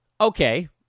Okay